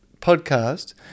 podcast